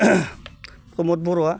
प्रमद बर'आ